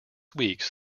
weeks